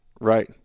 Right